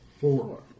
Four